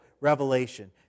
revelation